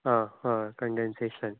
हय हय कन्डेंसेशन